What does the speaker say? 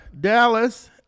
Dallas